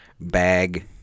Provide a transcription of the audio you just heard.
Bag